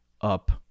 up